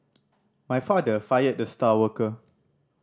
my father fired the star worker